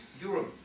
Europe